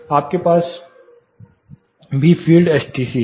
आपके पास भी फ़ील्ड एसटीसी है